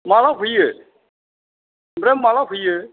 माला फैयो ओमफ्राय माला फैयो